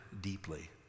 deeply